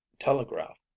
telegraph